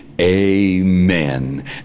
amen